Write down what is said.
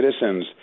citizens